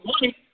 money